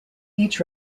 each